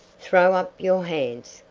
throw up your hands!